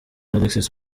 alexis